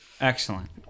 Excellent